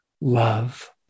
love